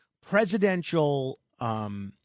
presidential